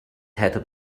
täter